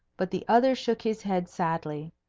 but the other shook his head sadly.